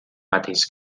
mateix